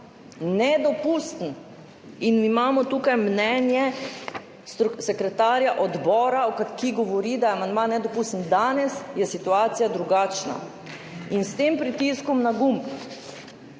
nedopusten. Tukaj imamo mnenje sekretarja odbora, ki govori, da je amandma nedopusten. Danes je situacija drugačna. S tem pritiskom na gumb,